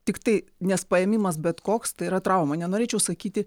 tiktai nes paėmimas bet koks tai yra trauma nenorėčiau sakyti